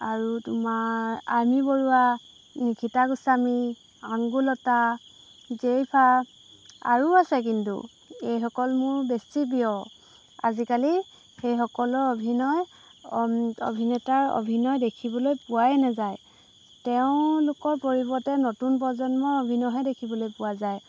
আৰু তোমাৰ আইমি বৰুৱা নিষিতা গোস্বামী আঙুৰলতা জেৰিফা আৰু আছে কিন্তু এইসকল মোৰ বেছি প্ৰিয় আজিকালি সেইসকলৰ অভিনয় অভিনেতাৰ অভিনয় দেখিবলৈ পোৱাই নাযায় তেওঁলোকৰ পৰিৱৰ্তে নতুন প্ৰজন্মৰ অভিনয়হে দেখিবলৈ পোৱা যায়